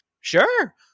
Sure